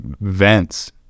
vents